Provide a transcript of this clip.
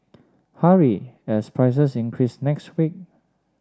hurry as prices increase next week